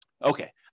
Okay